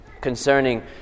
concerning